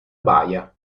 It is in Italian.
baia